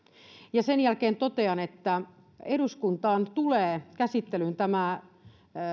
ja sen jälkeen totean että eduskuntaan tulee käsittelyyn tämä